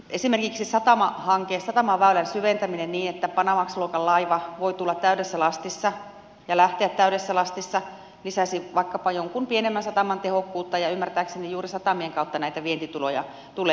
esimerkiksi satamahanke satamaväylän syventäminen niin että panamax luokan laiva voi tulla täydessä lastissa ja lähteä täydessä lastissa lisäisi vaikkapa jonkun pienemmän sataman tehokkuutta ja ymmärtääkseni juuri satamien kautta näitä vientituloja tulee